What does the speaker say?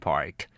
Park